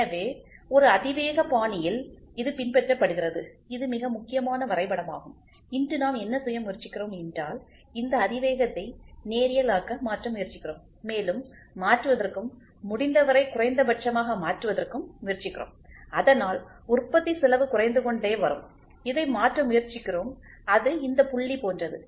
எனவே ஒரு அதிவேக பாணியில் இது பின்பற்றப்படுகிறதுஇது மிக முக்கியமான வரைபடமாகும் இன்று நாம் என்ன செய்ய முயற்சிக்கிறோம் என்றால் இந்த அதிவேகத்தை நேரியல் ஆக மாற்ற முயற்சிக்கிறோம் மேலும் மாற்றுவதற்கும் முடிந்தவரை குறைந்தபட்சமாக மாற்றுவதற்கும் முயற்சிக்கிறோம் அதனால் உற்பத்தி செலவு குறைந்து கொண்டே வரும் இதை மாற்ற முயற்சிக்கிறோம் அது இந்த புள்ளி போன்றது